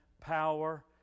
power